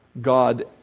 God